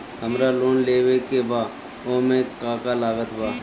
हमरा लोन लेवे के बा ओमे का का लागत बा?